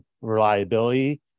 reliability